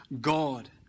God